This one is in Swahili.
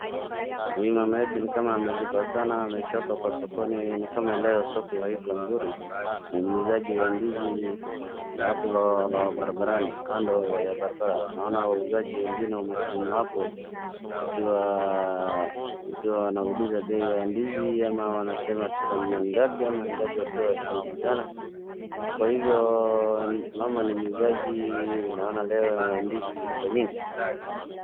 Huyu mama yetu ni kama amezubaa sana amechoka kwa sokoni ni kama leo soko haikuwa nzuri. Ni muuzaji wa ndizi ya hapo barabarani kando ya barabara. Naona wauzaji wengine wamesimama hapo wakiwa wanauliza bei ya ndizi ama wanasema tutanunua ngapi ama ngapi wakiwa wanaulizana kwa hivyo mama ni muuzaji naona leo ndizi zilikuwa nyingi.